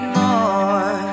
more